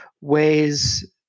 ways